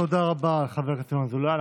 תודה רבה, חבר הכנסת ינון אזולאי.